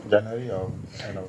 orh